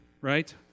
right